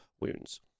wounds